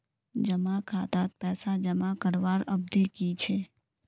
जमा खातात पैसा जमा करवार अवधि की छे?